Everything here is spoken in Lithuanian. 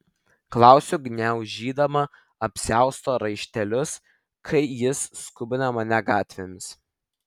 klausiu gniaužydama apsiausto raištelius kai jis skubina mane gatvėmis